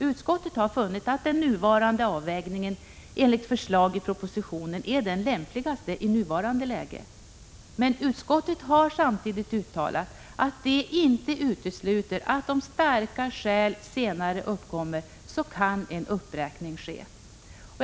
Utskottet har funnit att den nuvarande avvägningen enligt förslag i propositionen är den lämpligaste för närvarande. Men utskottet har samtidigt uttalat att detta inte utesluter att om starka skäl senare uppkommer en uppräkning kan ske.